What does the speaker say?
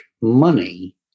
money